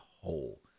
whole